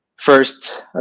First